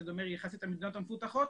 שזה אומר יחסית המדינות המפותחות,